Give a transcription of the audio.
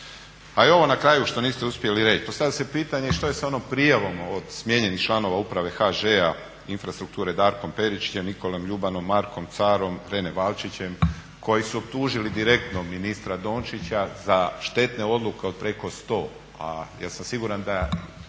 A i ovo na kraju što niste uspjeli reći, postavili ste i pitanje i što je sa ovom prijavom od smijenjenih članova uprave HŽ-a infrastrukture Darkom Peričićem, Nikolom Ljubanom, Markom Carom, Rene Valčićem koji su optužili direktno ministra Dončića za štetne odluke od preko 100, a ja sam siguran da